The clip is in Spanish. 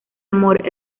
amor